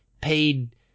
paid